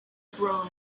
grow